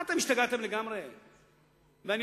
מה, אתם השתגעתם לגמרי?